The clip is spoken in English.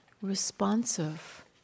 responsive